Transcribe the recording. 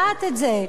איך, אני יודעת את זה.